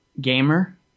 gamer